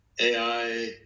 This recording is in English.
AI